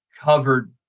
covered